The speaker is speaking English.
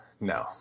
no